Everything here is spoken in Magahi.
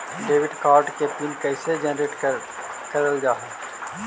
डेबिट कार्ड के पिन कैसे जनरेट करल जाहै?